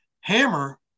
hammer